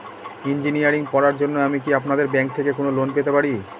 Engineering পড়ার জন্য আমি কি আপনাদের ব্যাঙ্ক থেকে কোন লোন পেতে পারি?